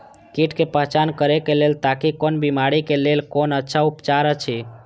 कीट के पहचान करे के लेल ताकि कोन बिमारी के लेल कोन अच्छा उपचार अछि?